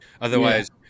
Otherwise